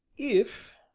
if,